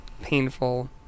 painful